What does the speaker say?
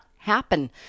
happen